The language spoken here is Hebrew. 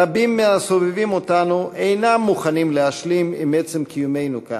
רבים מהסובבים אותנו אינם מוכנים להשלים עם עצם קיומנו כאן.